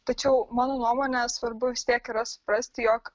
tačiau mano nuomone svarbu vis tiek yra suprasti jog